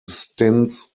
stints